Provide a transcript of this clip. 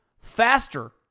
faster